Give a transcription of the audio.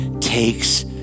takes